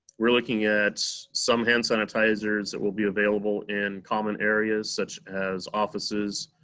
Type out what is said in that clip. we're looking at some hand sanitizers that will be available in common areas such as offices,